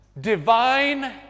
divine